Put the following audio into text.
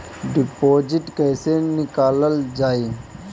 Deposit कैसे निकालल जाइ?